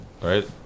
right